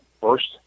first